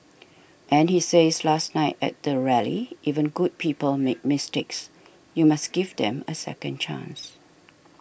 and he says last night at the rally even good people make mistakes you must give them a second chance